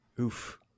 Oof